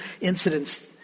incidents